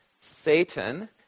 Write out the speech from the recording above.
Satan